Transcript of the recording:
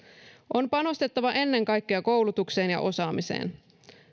on panostettava ennen kaikkea koulutukseen ja osaamiseen